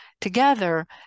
together